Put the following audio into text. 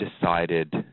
decided